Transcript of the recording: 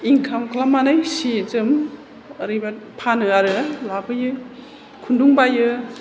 इंकाम खालामनानै सि जोम ओरैबादि फानो आरो लाबोयो खुन्दुं बायो